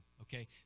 okay